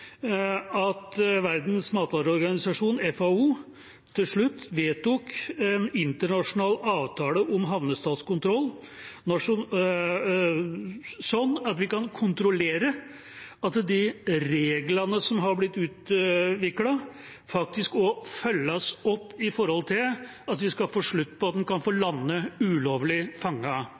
at Verdens matvareorganisasjon, FAO, til slutt vedtok en internasjonal avtale om havnestatskontroll, sånn at vi kan kontrollere at de reglene som har blitt utviklet, faktisk også følges opp, slik at vi skal få slutt på at en kan få lande ulovlig